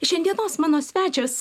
šiandienos mano svečias